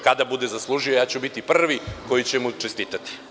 Kada bude zaslužio, ja ću biti prvi koji će mu čestitati.